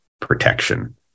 protection